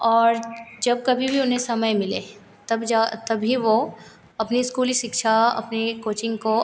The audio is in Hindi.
और जब कभी भी उन्हें समय मिले तब जा तभी वे अपनी स्कूली शिक्षा अपनी कोचिंग को